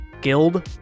guild